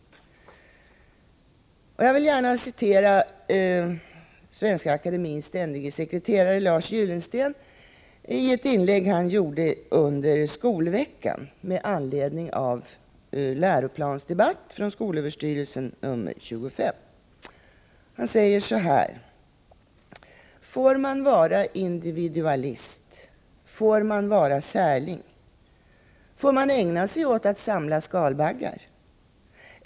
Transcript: Jag vill gärna återge ett inlägg av Svenska akademiens ständige sekreterare Lars Gyllensten under skolveckan med anledning av SÖ:s Läroplansdebatt nr 25. Han säger så här: Får man vara individualist? Får man vara särling? Får man ägna sig åt att samla skalbaggar?